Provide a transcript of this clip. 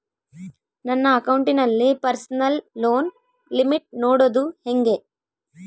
ನನ್ನ ಅಕೌಂಟಿನಲ್ಲಿ personal loan limit ನೋಡದು ಹೆಂಗೆ?